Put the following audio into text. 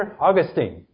Augustine